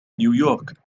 نيويورك